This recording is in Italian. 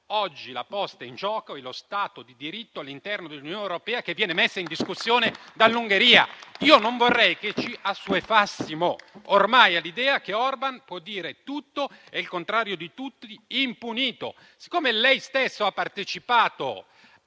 Oggi la posta in gioco è lo Stato di diritto all'interno dell'Unione europea che viene messo in discussione dall'Ungheria. Io non vorrei che ci assuefacessimo ormai all'idea che Orban può dire tutto e il contrario di tutto impunito. Siccome lei stesso ha partecipato